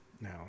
Now